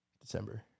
December